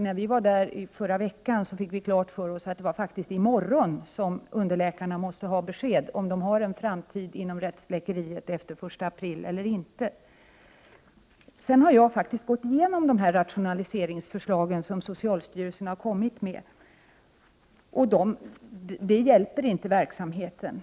När vi var på besök i Solna fick vi klart för oss att underläkarna måste få besked i morgon, om de har en framtid inom rättsläkeriet efter den 1 april eller inte. Jag har gått igenom de rationaliseringsförslag som socialstyrelsen har kommit med, och jag måste säga att de inte hjälper verksamheten.